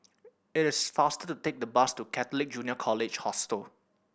it is faster to take the bus to Catholic Junior College Hostel